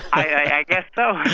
i guess so